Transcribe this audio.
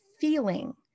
feeling